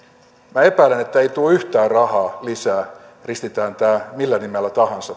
minä epäilen että ei tule yhtään rahaa lisää ristitään millä nimellä tahansa